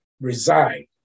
reside